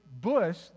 bush